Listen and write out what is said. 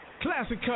Classic